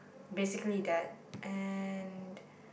basically that and